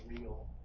real